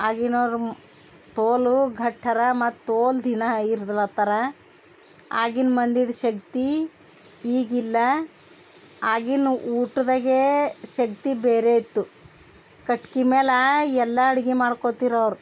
ಆಗಿನೋರು ತೋಲು ಗಟ್ಯರ ಮತ್ತು ತೋಲು ದಿನ ಇರ್ದಿಲ್ಹತ್ತರ ಆಗಿನ ಮಂದಿದು ಶಕ್ತಿ ಈಗಿಲ್ಲ ಆಗಿನ ಊಟದಾಗ ಶಕ್ತಿ ಬೇರೆ ಇತ್ತು ಕಟ್ಗೆ ಮೇಲೆ ಎಲ್ಲ ಅಡ್ಗೆ ಮಾಡ್ಕೋತಿರು ಅವ್ರು